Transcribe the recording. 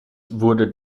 wurde